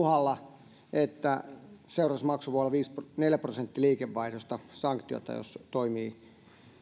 uhalla että seuraamusmaksu voi olla neljä prosenttia liikevaihdosta sanktiota jos toimii